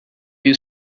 you